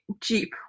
Jeep